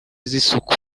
z’isuku